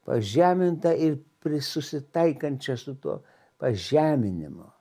pažemintą ir pri susitaikančią su tuo pažeminimu